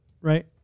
right